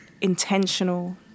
intentional